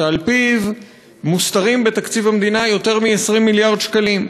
ועל-פיו מוסתרים בתקציב המדינה יותר מ-20 מיליארד שקלים.